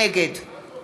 נגד